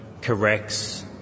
corrects